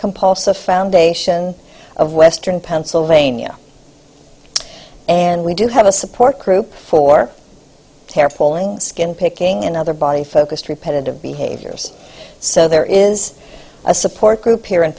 compulsive foundation of western pennsylvania and we do have a support group for terror pulling skin picking and other body focused repetitive behaviors so there is a support group here in